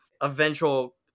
eventual